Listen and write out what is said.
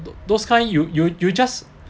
those those kind you you you just